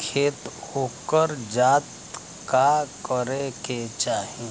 खेत उकर जात का करे के चाही?